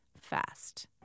fast